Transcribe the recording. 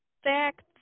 fact